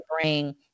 bring